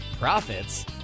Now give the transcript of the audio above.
Profits